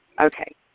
Okay